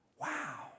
Wow